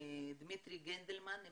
דמיטרי גנדלמן.